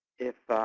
if